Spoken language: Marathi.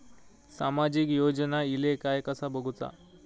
सामाजिक योजना इले काय कसा बघुचा?